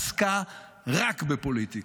עסקה רק בפוליטיקה.